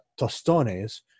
tostones